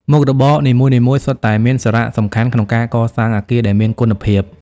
មុខរបរនីមួយៗសុទ្ធតែមានសារៈសំខាន់ក្នុងការកសាងអគារដែលមានគុណភាព។